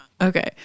Okay